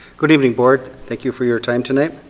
good evening board. thank you for your time tonight.